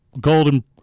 Golden